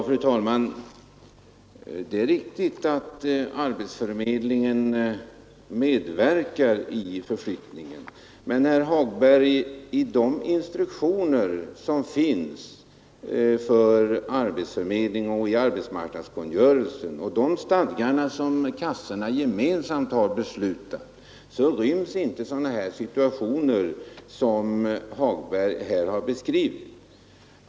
Fru talman! Det är riktigt att arbetsförmedlingen medverkar i förflyttningen. Men, herr Hagberg, i de instruktioner som finns för arbetsförmedlingen samt i arbetsmarknadskungörelsen och i de stadgar kassorna gemensamt beslutat om ryms inte sådana situationer som herr Hagberg här beskrivit.